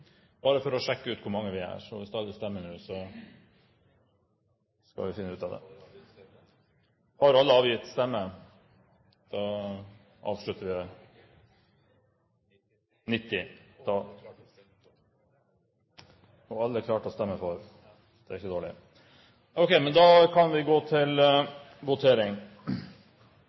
bare for å sjekke ut hvor mange vi er. Så hvis alle stemmer nå, skal vi finne ut av det. Har alle avgitt stemme? Da avslutter vi – 90. Og alle klarte å stemme for? Det er ikke dårlig. Da kan vi gå til votering.